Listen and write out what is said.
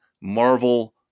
Marvel